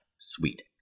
Sweet